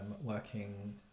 Working